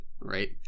right